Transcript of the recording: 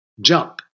jump